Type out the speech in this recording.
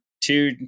two